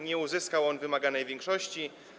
Nie uzyskał on wymaganej większości.